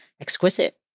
exquisite